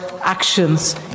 actions